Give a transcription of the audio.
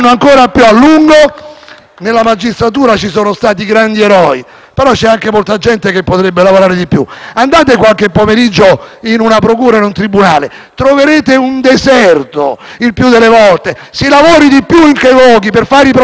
Nella magistratura ci sono stati grandi eroi, però c'è anche molta gente che potrebbe lavorare di più. Andate qualche pomeriggio in una procura o in un tribunale: troverete un deserto, il più delle volte. Si lavori di più in quei luoghi, per fare i processi rapidamente.